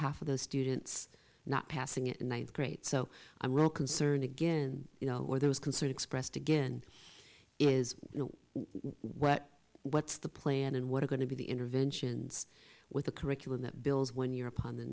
of those students not passing it in ninth grade so i'm real concerned again you know where there was concern expressed again is you know what what's the plan and what are going to be the interventions with the curriculum that builds when you're upon the